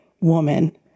woman